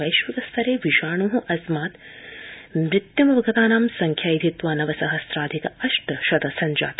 वश्विक स्तरे विषाणो अस्मात् मृत्युपगतानां संख्या एधित्वा नव सहस्राधिक अष्टशत सञ्जाता